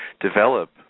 develop